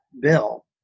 bill